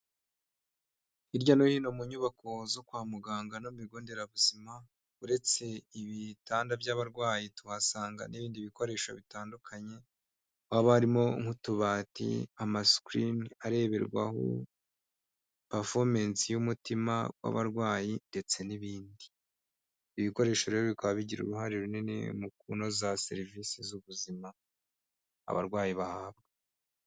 Hirya no hino mu nyubako zo kwa muganga no bigo nderabuzima uretse ibitanda by'abarwayi tuhasanga n'ibindi bikoresho bitandukanye, haba harimo nk'utubati, ama screan areberwaho pefomence y'umutima w'abarwayi ndetse n'ibindi, ibi bikoresho rero bikaba bigira uruhare runini mu kunoza serivisi z'ubuzima abarwayi bahabwa.